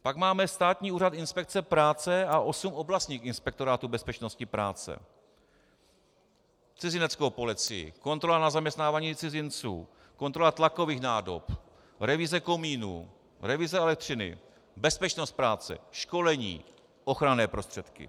Pak máme Státní úřad inspekce práce a osm oblastních inspektorátů bezpečnosti práce, Cizineckou policii, kontrola na zaměstnávání cizinců, kontrola tlakových nádob, revize komínů, revize elektřiny, bezpečnost práce, školení, ochranné prostředky.